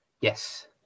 Yes